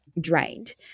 drained